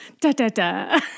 Da-da-da